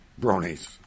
Bronies